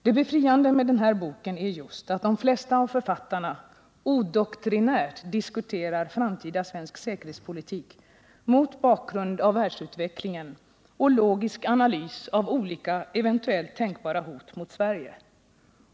Det befriande med denna bok är att de flesta av författarna odoktrinärt diskuterar framtida svensk säkerhetspolitik mot bakgrund av världsutvecklingen och logisk analys av olika eventuellt tänkbara hot mot Sverige.